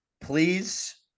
Please